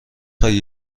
خوای